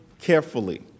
carefully